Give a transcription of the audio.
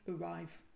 arrive